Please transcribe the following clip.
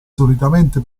solitamente